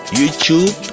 youtube